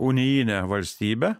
unijinę valstybę